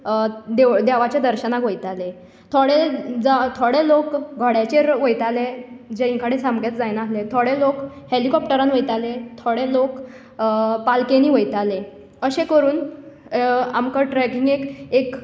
देवाचें दर्शनाक वयतालें थोडें थोडें लोक घोड्याचेर वयताले जांचे कडेन समकेंच जायनासलें थोडे लोक हेलीकॉप्टरान वयतालें थोडे लोक पालकेंनी वयतालें अशें करून आमकां ट्रेकिंगेक एक